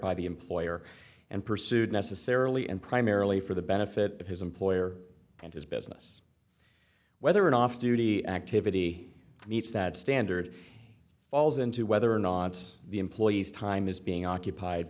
by the employer and pursued necessarily and primarily for the benefit of his employer and his business whether an off duty activity meets that standard falls into whether nonce the employee's time is being occupied